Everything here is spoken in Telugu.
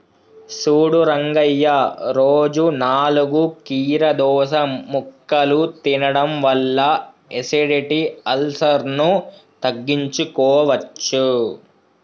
సూడు రంగయ్య రోజు నాలుగు కీరదోస ముక్కలు తినడం వల్ల ఎసిడిటి, అల్సర్ను తగ్గించుకోవచ్చు